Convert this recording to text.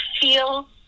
feel